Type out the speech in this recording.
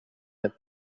had